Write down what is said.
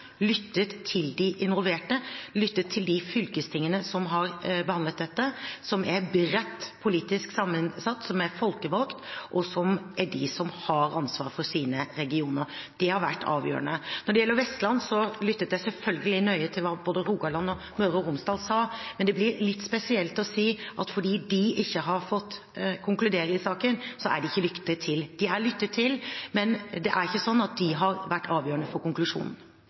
lyttet til de involverte, lyttet til de fylkestingene som har behandlet dette, som er bredt politisk sammensatt, som er folkevalgte, og som er de som har ansvar for sine regioner. Det har vært avgjørende. Når det gjelder Vestland, lyttet jeg selvfølgelig nøye til hva både Rogaland og Møre og Romsdal sa, men det blir litt spesielt å si at fordi de ikke har fått konkludere i saken, er de ikke lyttet til. De er lyttet til, men det er ikke slik at det har vært avgjørende for konklusjonen.